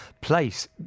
place